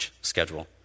schedule